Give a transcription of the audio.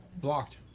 blocked